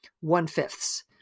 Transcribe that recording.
one-fifths